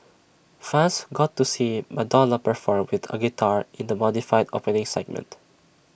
fans got to see Madonna perform with A guitar in the modified opening segment